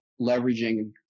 leveraging